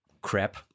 crap